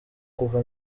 kuva